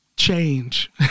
change